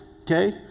okay